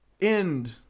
end